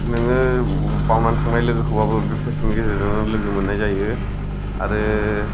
नोङो बावनानै थांनाय लोगोखौबाबो बे फेसबुक नि गेजेरजोंनो लोगो मोननाय जायो आरो